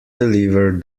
deliver